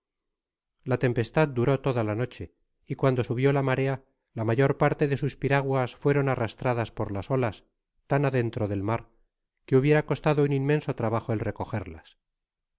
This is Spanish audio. la tempestad duró toda la noche y cuando subió la marea la mayor parte de sus piraguas fueron arrastradas por las olas tan adentro del mar que hubiera costado un inmenso trabajo el recogerlas